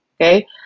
Okay